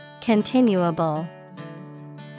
Continuable